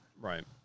Right